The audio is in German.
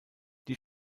die